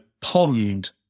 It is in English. pond